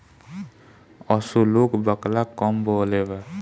असो लोग बकला कम बोअलेबा